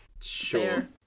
Sure